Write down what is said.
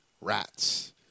rats